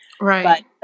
Right